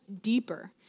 deeper